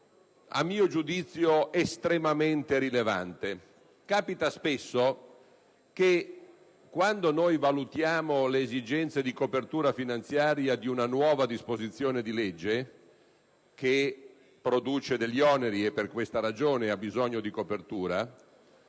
a mio giudizio estremamente rilevante. Capita spesso che, quando valutiamo la sussistenza della copertura finanziaria di una nuova disposizione di legge che produce degli oneri (e per questa ragione ha bisogno di copertura),